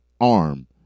arm